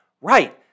Right